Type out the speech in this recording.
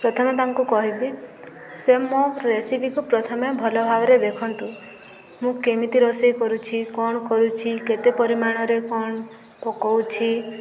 ପ୍ରଥମେ ତାଙ୍କୁ କହିବି ସେ ମୋ ରେସିପିକୁ ପ୍ରଥମେ ଭଲ ଭାବରେ ଦେଖନ୍ତୁ ମୁଁ କେମିତି ରୋଷେଇ କରୁଛି କ'ଣ କରୁଛି କେତେ ପରିମାଣରେ କ'ଣ ପକାଉଛି